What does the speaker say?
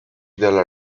della